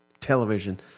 television